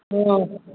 हँ